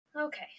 Okay